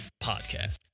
podcast